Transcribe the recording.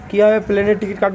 কিভাবে প্লেনের টিকিট কাটব?